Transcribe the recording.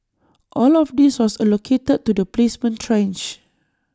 all of this was allocated to the placement tranche